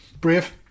Brave